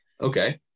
Okay